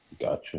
Gotcha